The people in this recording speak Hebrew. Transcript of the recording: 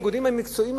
האיגודים המקצועיים,